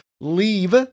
leave